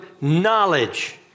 knowledge